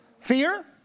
Fear